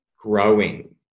growing